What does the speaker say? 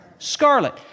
Scarlet